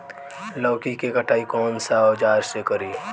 लौकी के कटाई कौन सा औजार से करी?